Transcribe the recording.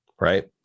Right